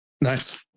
Nice